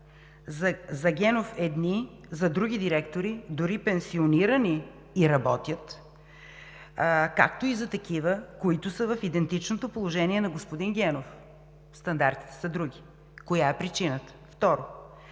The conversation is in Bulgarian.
за Генов едни, за други директори, дори пенсионирани и работят, както и за такива, които са в идентичното положение на господин Генов, стандартите са други? Коя е причината? Второ,